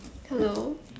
hello